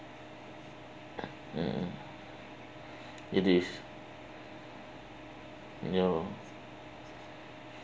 mmhmm it is ya lor